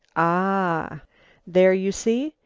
ah there, you see,